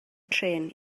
trên